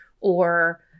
or-